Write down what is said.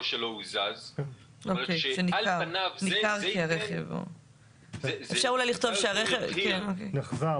שלא הוזז" הרי שעל פניו --- אפשר לכתוב ש"הרכב נחזה".